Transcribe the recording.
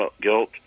guilt